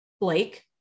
Blake